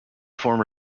former